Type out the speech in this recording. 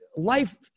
life